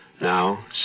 Now